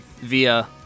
via